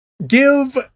Give